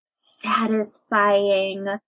satisfying